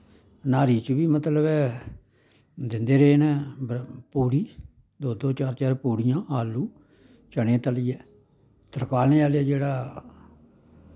न्हारी च बी मतलब ऐ दिंदे रेह् न पुड़ी दो दो चार चार पूड़ियां आलू चनें तलियै तरकालें आह्ला जेह्ड़ा